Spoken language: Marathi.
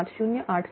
97083 j0